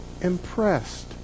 impressed